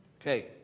Okay